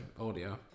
audio